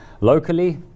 Locally